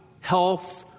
health